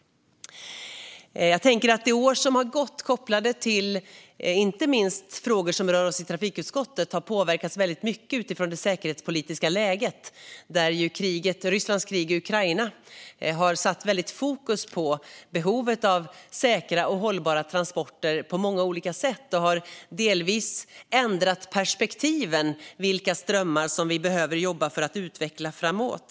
Under det år som har gått tänker jag att frågor som inte minst rör oss i trafikutskottet har påverkats väldigt mycket av det säkerhetspolitiska läget. Rysslands krig i Ukraina har satt väldigt fokus på behovet av säkra och hållbara transporter på många olika sätt och har delvis ändrat perspektiven när det gäller vilkas drömmar vi behöver jobba för att utveckla framåt.